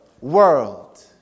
world